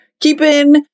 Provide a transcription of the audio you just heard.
keeping